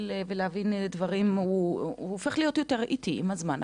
ולהבין את הדברים הופכת להיות יותר איטית עם הזמן,